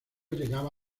llegaba